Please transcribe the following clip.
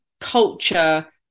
culture